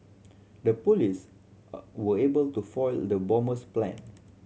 the police were able to foil the bomber's plan